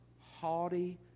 haughty